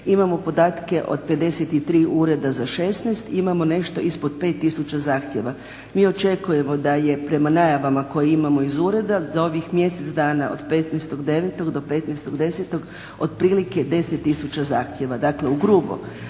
Imamo podatke od 53 ureda za 16, imao nešto ispod 5 tisuća zahtjeva. Mi očekujemo da je prema najavama koje imamo iz ureda za ovih mjesec dana od 15.9.do 15.10. otprilike 10 tisuća zahtjeva. Dakle, u grubo,